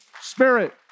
Spirit